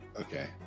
okay